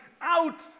out